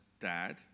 dad